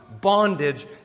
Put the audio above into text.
bondage